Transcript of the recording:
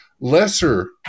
lesser